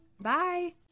Bye